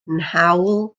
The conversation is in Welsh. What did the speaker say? nghawl